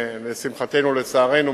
לשמחתנו ולצערנו,